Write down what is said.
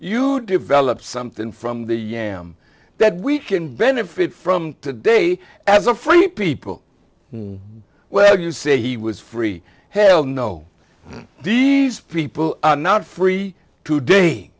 you develop something from the yam that we can benefit from today as a free people well you say he was free hell no these people are not free today